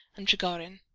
and trigorin.